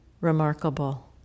remarkable